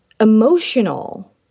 emotional